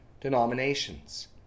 denominations